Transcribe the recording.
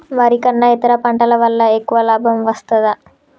వరి కన్నా ఇతర పంటల వల్ల ఎక్కువ లాభం వస్తదా?